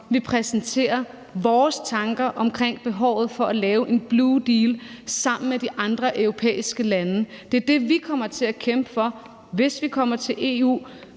vi præsenterer vores tanker om behovet for at lave en blue deal sammen med de andre europæiske lande. Det er det, vi kommer til at kæmpe for, hvis vi bliver